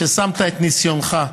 ששמת את ניסיונך,